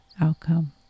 outcome